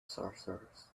sorcerers